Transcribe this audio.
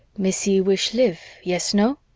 missy wish live, yes, no